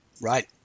right